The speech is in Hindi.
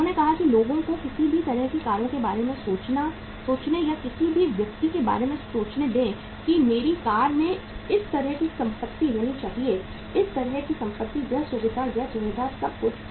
उन्होंने कहा कि लोगों को किसी भी तरह की कारों के बारे में सोचने या किसी भी व्यक्ति के बारे में सोचने दें कि मेरी कार में इस तरह की संपत्ति होनी चाहिए उस तरह की संपत्ति यह सुविधा वह सुविधा सब कुछ